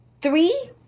three